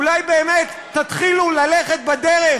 אולי באמת תתחילו ללכת בדרך